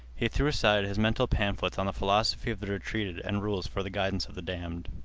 he threw aside his mental pamphlets on the philosophy of the retreated and rules for the guidance of the damned.